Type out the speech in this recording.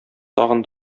тагын